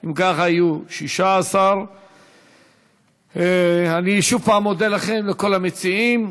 אם כך, היו 16. אני שוב מודה לכם לכל המציעים.